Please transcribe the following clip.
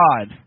God